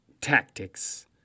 tactics